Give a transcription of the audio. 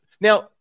now